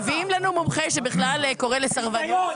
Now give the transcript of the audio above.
מביאים לנו מומחה שבכלל קורא לסרבנות.